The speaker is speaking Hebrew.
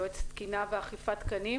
יועץ תקינה ואכיפת תקנים